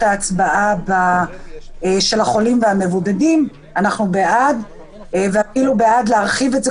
ההצבעה של החולים והמבודדים אנחנו בעד ואפילו בעד להרחיב את זה,